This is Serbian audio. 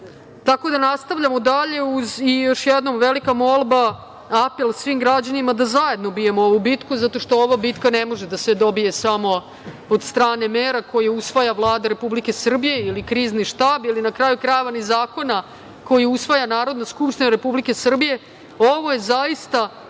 da nastavljamo dalje i još jednom velika molba, apel svim građanima da zajedno bijemo ovu bitku zato što ova bitka ne može da se dobije samo od strane mera koje usvaja Vlada Republike Srbije ili Krizni štab ili na kraju krajeva, ni zakona koje usvaja Narodna skupština Republike Srbije,